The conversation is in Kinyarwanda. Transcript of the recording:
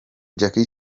jackie